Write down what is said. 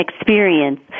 experience